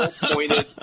pointed